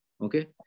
Okay